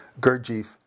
Gurdjieff